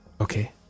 Okay